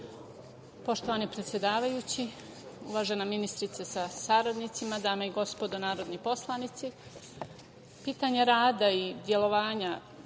predsedavajući, uvažena ministarka sa saradnicima, dame i gospodo narodni poslanici, pitanje rada i delovanja